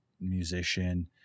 musician